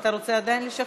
אתה רוצה עדיין לשכנע?